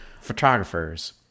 photographers